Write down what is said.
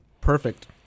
perfect